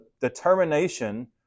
determination